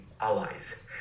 allies